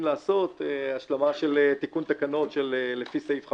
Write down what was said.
לעשות השלמה של תיקון תקנות לפי סעיף 58,